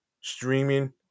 streaming